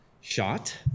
shot